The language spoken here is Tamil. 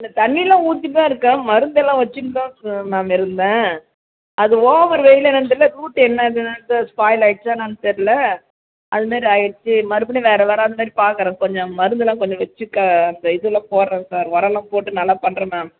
இல்லை தண்ணிலாம் ஊற்றிட்டுதான் இருக்கேன் மருந்தெல்லாம் வச்சுன்னு தான் சார் மேம் இருந்தேன் அது ஓவர் வெயிலா என்னென்னு தெரியல ரூட் என்னதுன்னு சார் ஸ்பாயிலாயிடுச்சா என்னென்னு தெரியல அது மாதிரி ஆயிடுச்சி மறுபடியும் வேறு வராத மாதிரி பாக்கிறேன் கொஞ்சம் மருந்தெல்லாம் கொஞ்சம் வச்சிக்க அந்த இதெல்லாம் போடுறேன் சார் ஒரெல்லாம் போட்டு நல்லா பண்ணுறேன் மேம்